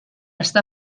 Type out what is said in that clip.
està